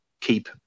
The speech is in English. keep